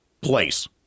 place